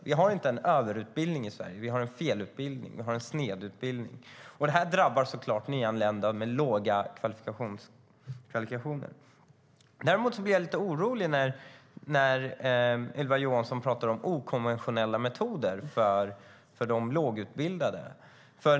Vi har inte en överutbildning i Sverige, utan vi har en felutbildning och en snedutbildning. Detta drabbar såklart nyanlända med låga kvalifikationer. Jag blir lite orolig när Ylva Johansson pratar om okonventionella metoder för de lågutbildade.